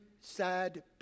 sad